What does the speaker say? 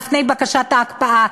לפני בקשת ההקפאה,